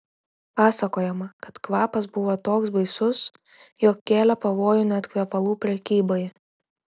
pasakojama kad kvapas buvo toks baisus jog kėlė pavojų net kvepalų prekybai